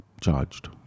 charged